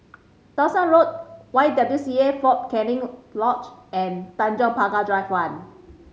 Dawson Road Y W C A Fort Canning Lodge and Tanjong Pagar Drive One